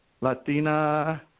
Latina